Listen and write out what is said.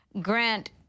Grant